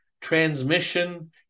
transmission